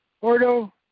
Ordo